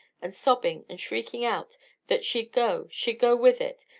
and sobbing and shrieking out that she'd go she'd go with it!